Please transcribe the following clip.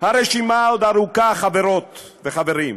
הרשימה עוד ארוכה, חברות וחברים: